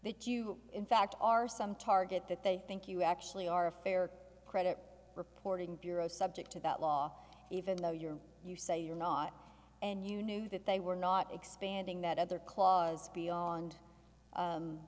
that you in fact are some target that they think you actually are a fair credit reporting bureaus subject to that law even though you're you say you're not and you knew that they were not expanding that other clause beyond